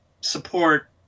support